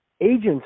agents